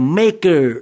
maker